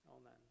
Amen